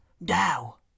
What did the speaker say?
Now